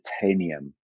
titanium